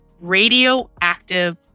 radioactive